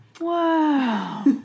Wow